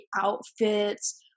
outfits